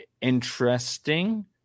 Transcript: interesting